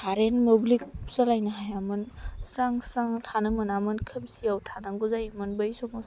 current मोब्लिब सोलायनो हायामोन स्रां स्रां थानो मोनामोन खोमसियाव थानांगौ जायोमोन बै समाव